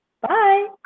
Bye